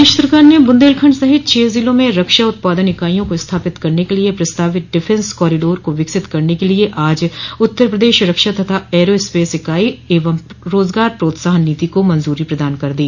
प्रदेश सरकार ने बुन्देलखण्ड सहित छह जिलों में रक्षा उत्पादन इकाईयों को स्थापित करने के लिए प्रस्तावित डिफेंस कॉरिडोर को विकसित करने के लिए आज उत्तर प्रदेश रक्षा तथा एयरो स्पेस इकाई एवं रोजगार प्रोत्साहन नीति को मंजूरी प्रदान कर दी